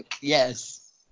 yes